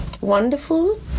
Wonderful